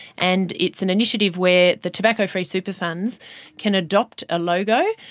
and it's an initiative where the tobacco-free super funds can adopt a logo,